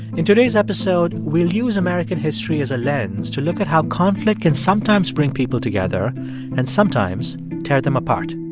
in today's episode, we'll use american history as a lens to look at how conflict can sometimes bring people together and sometimes tear them apart